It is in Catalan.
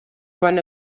quan